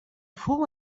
fou